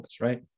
right